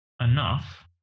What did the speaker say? enough